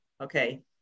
Okay